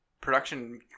production